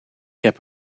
heb